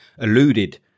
eluded